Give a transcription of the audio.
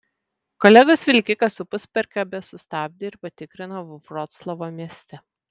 kolegos vilkiką su puspriekabe sustabdė ir patikrino vroclavo mieste